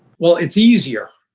well, it's easier,